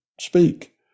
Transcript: speak